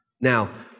Now